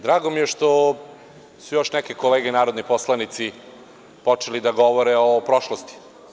Drago mi je što su još neke kolege narodni poslanici počeli da govore o prošlosti.